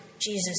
Jesus